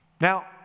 Now